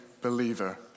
believer